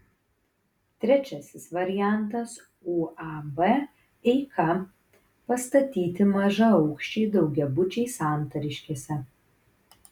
trečiasis variantas uab eika pastatyti mažaaukščiai daugiabučiai santariškėse